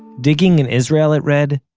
digging in israel, it read,